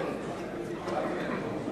לוועדת החוקה, חוק ומשפט נתקבלה.